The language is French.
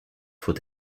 faut